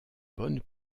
bonne